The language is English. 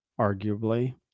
arguably